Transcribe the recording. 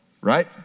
Right